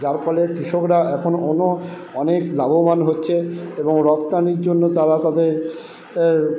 যার ফলে কৃষকরা এখন অনেক লাভবান হচ্ছে এবং রপ্তানির জন্য তারা তাদের